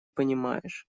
понимаешь